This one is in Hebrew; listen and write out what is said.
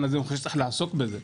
אני חושב שיש לעסוק בזה,